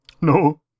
No